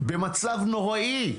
במצב נוראי,